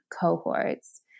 cohorts